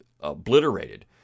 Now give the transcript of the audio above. obliterated